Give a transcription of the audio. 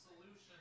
solution